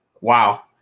Wow